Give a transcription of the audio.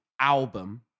album